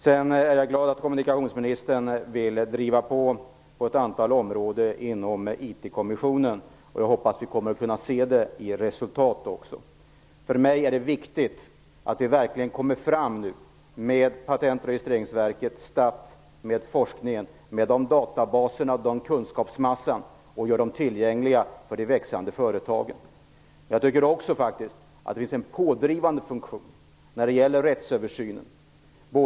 Jag är glad att kommunikationsministern vill driva på IT-kommissionen inom ett antal områden. Jag hoppas att vi kommer att kunna se det i resultat också. För mig är det viktigt att vi nu verkligen kommer framåt med Patent och registreringsverket, forskningen, databaserna och kunskapsmassan och gör dem tillgängliga för de växande företagen. Det finns en pådrivande funktion när det gäller rättsöversynen.